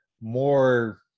more